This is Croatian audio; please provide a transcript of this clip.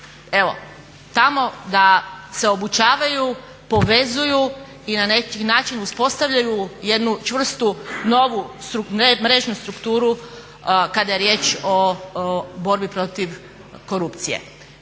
evo tamo da se obučavaju, povezuju i na neki način uspostavljaju jednu čvrstu novu mrežnu strukturu kada je riječ o borbi protiv korupcije.